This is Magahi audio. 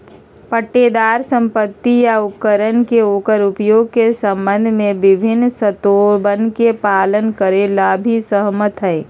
पट्टेदार संपत्ति या उपकरण के ओकर उपयोग के संबंध में विभिन्न शर्तोवन के पालन करे ला भी सहमत हई